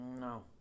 No